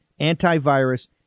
antivirus